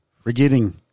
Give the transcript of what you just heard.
Forgetting